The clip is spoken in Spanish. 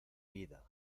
vida